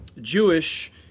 Jewish